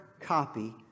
copy